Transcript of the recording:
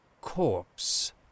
corpse